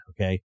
okay